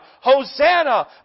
Hosanna